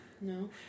No